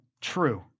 true